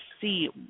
see